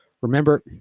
Remember